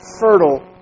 fertile